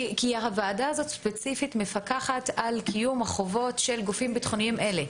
כי הוועדה הזאת ספציפית מפקחת על קיום החובות של גופים ביטחוניים אלה.